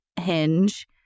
Hinge